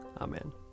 Amen